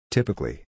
Typically